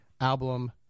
album